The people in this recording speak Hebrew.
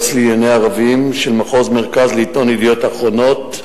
לענייני ערבים של מחוז מרכז לעיתון "ידיעות אחרונות",